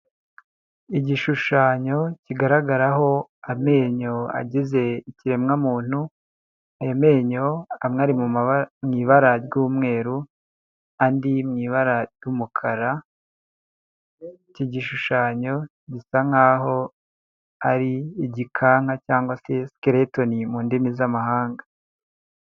Igishushanyo kigaragaraho amenyo agize ikiremwamuntu, aya menyo amwe ari mu ibara ry'umweru andi mu ibara ry'umukara. Iki gishushanyo gisa nk'aho ari igikanka cyangwa sikeretoni mu ndimi z'amahanga.